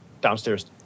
downstairs